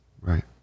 Right